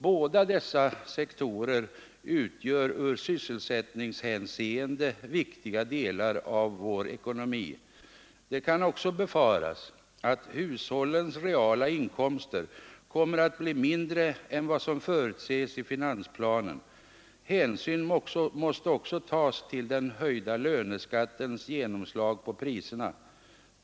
Båda dessa sektorer utgör i sysselsättningshänseende viktiga delar av vår ekonomi. Det kan också befaras att hushållens reala inkomster kommer att bli mindre än vad som förutses i finansplanen. Hänsyn måste också tas till den höjda löneskattens genomslag på priserna.